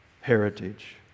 heritage